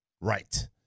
Right